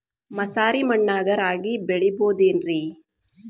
ಮಸಾರಿ ಮಣ್ಣಾಗ ರಾಗಿ ಬೆಳಿಬೊದೇನ್ರೇ?